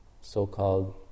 so-called